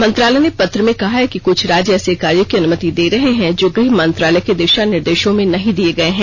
मंत्रालय ने पत्र में कहा है कि क्छ राज्य ऐसे कार्यो की अनुमति दे रहे हैं जो गृह मंत्रालय के दिशा निर्देशों में नहीं दिए गए हैं